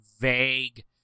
vague